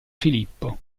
filippo